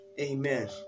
Amen